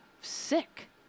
sick